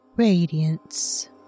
Radiance